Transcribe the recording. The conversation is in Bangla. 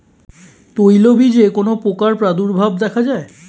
তৈলবীজে কোন পোকার প্রাদুর্ভাব দেখা যায়?